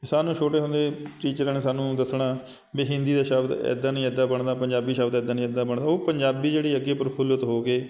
ਸਾਨੂੰ ਛੋਟੇ ਹੁੰਦੇ ਟੀਚਰਾਂ ਨੇ ਸਾਨੂੰ ਦੱਸਣਾ ਵੀ ਹਿੰਦੀ ਦਾ ਸ਼ਬਦ ਇੱਦਾਂ ਨਹੀਂ ਇੱਦਾਂ ਬਣਦਾ ਪੰਜਾਬੀ ਸ਼ਬਦ ਇੱਦਾਂ ਨਹੀਂ ਇੱਦਾਂ ਬਣਦਾ ਉਹ ਪੰਜਾਬੀ ਜਿਹੜੀ ਹੈਗੀ ਪ੍ਰਫੁੱਲਤ ਹੋ ਕੇ